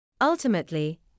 Ultimately